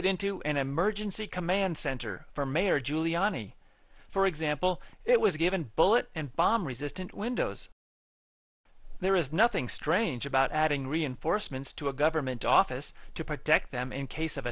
it into an emergency command center for mayor giuliani for example it was given bullet and bomb resistant windows there is nothing strange about adding reinforcements to a government office to protect them in case of